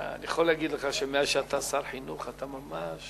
אני יכול להגיד לך שמאז שאתה שר חינוך אתה ממש